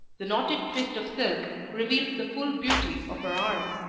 the knotted twist of silk reveals the full beauty of her arm.